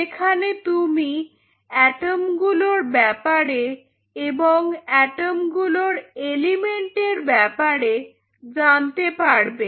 যেখানে তুমি অ্যাটম্ গুলোর ব্যাপারে এবং অ্যাটম্ গুলোর এলিমেন্ট এর ব্যাপারে জানতে পারবে